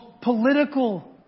political